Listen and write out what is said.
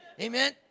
Amen